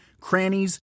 crannies